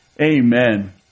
Amen